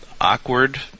awkward